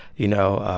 you know,